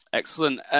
excellent